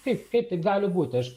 kaip kaip taip gali būt aš